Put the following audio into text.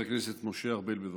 חבר הכנסת משה ארבל, בבקשה.